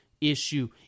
issue